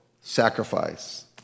sacrifice